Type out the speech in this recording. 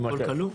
כל כלוא?